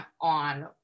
on